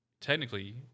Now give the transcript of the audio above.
technically